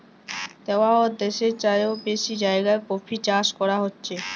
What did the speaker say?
তিয়াত্তর দ্যাশের চাইয়েও বেশি জায়গায় কফি চাষ ক্যরা হছে